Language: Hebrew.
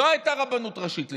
לא הייתה רבנות ראשית לישראל.